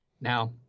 Now